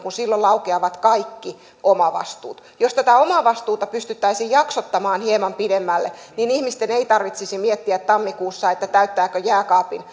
kun silloin laukeavat kaikki omavastuut niin jos tätä omavastuuta pystyttäisiin jaksottamaan hieman pidemmälle niin ihmisten ei tarvitsisi miettiä tammikuussa täyttääkö jääkaapin